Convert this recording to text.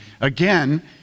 again